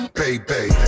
Baby